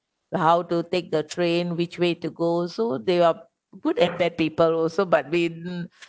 how to take the train which way to go so they are good and bad people also but we mm